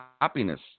happiness